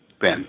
Ben